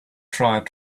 tried